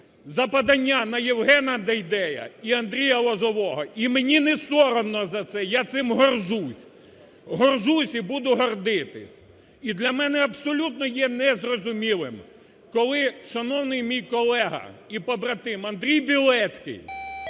За подання на Євгена Дейдея і Андрія Лозового, і мені не соромно за це, я цим горджусь. Горджусь і буду гордитись. І для мене абсолютно є не зрозумілим, коли шановний мій колега і побратим, Андрій Білецький,